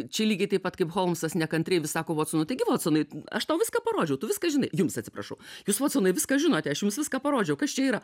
čia lygiai taip pat kaip holmsas nekantriai vis sako votsonui taigi votsonai aš tau viską parodžiau tu viską žinai jums atsiprašau jūs votsonai viską žinote aš jums viską parodžiau kas čia yra